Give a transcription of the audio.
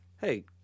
hey